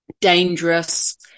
dangerous